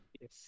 Yes